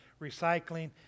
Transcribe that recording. recycling